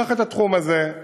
קח את התחום הזה,